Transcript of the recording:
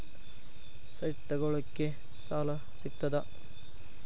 Site ತಗೋಳಿಕ್ಕೆ ಸಾಲಾ ಸಿಗ್ತದಾ?